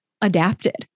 adapted